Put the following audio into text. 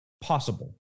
possible